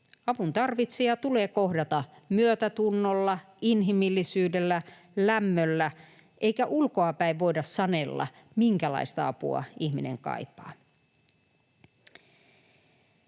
Avuntarvitsija tulee kohdata myötätunnolla, inhimillisyydellä, lämmöllä, eikä ulkoapäin voida sanella, minkälaista apua ihminen kaipaa.